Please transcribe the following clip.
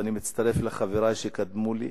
ואני מצטרף לחברי שקדמו לי,